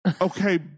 Okay